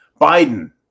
Biden